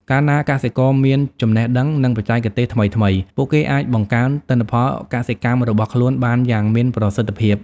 កាលណាកសិករមានចំណេះដឹង និងបច្ចេកទេសថ្មីៗ ពួកគេអាចបង្កើនទិន្នផលកសិកម្មរបស់ខ្លួនបានយ៉ាងមានប្រសិទ្ធភាព។